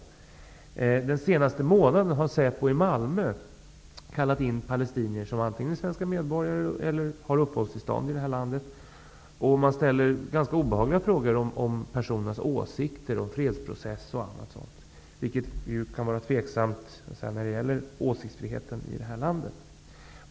Under den senaste månaden har Säpo i Malmö kallat på palestinier som antingen är svenska medborgare eller som har uppehållstillstånd i vårt land och ställt ganska obehagliga frågor om dessa personers åsikter, om fredsprocessen och annat sådant. Sådant kan vara tveksamt med tanke på den åsiktsfrihet som råder i vårt land.